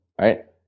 Right